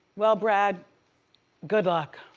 well brad good luck.